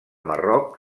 marroc